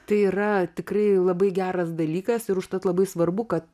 tai yra tikrai labai geras dalykas ir užtat labai svarbu kad